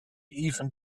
even